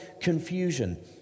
confusion